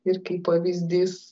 ir kaip pavyzdys